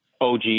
OG